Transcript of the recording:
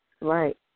Right